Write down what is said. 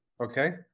okay